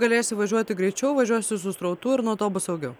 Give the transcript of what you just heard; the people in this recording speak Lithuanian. galėsi važiuoti greičiau važiuosi su srautu ir nuo to bus saugiau